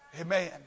Amen